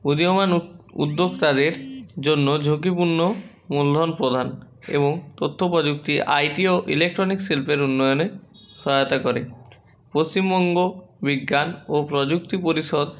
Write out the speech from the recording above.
উদীয়মান উ উদ্যোক্তাদের জন্য ঝুঁকিপূর্ণ মূলধন প্রদান এবং তথ্যপ্রযুক্তি আইটি ও ইলেকট্রনিক শিল্পের উন্নয়নে সহায়তা করে পশ্চিমবঙ্গ বিজ্ঞান ও প্রযুক্তি পরিষদ